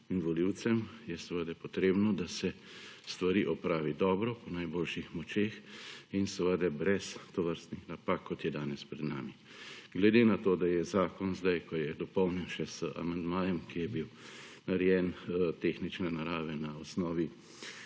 in volivcem, je seveda potrebno, da se stvari opravi dobro, po najboljših močeh in seveda brez tovrstnih napak, kot je danes pred nami. Glede na to, da je zakon zdaj, ko je dopolnjen še z amandmajem, ki je bil narejen tehnične narave na osnovi